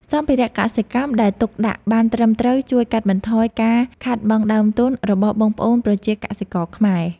សម្ភារៈកសិកម្មដែលទុកដាក់បានត្រឹមត្រូវជួយកាត់បន្ថយការខាតបង់ដើមទុនរបស់បងប្អូនប្រជាកសិករខ្មែរ។